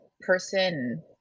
person